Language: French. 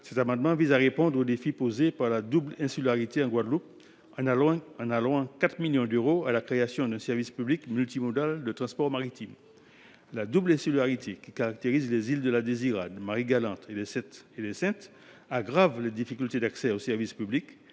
cosignataire, vise à répondre au défi posé par la double insularité en Guadeloupe, en allouant 4 millions d’euros à la création d’un service public multimodal de transport maritime. La double insularité qui caractérise La Désirade, Marie Galante et Les Saintes aggrave les difficultés d’accès aux services publics,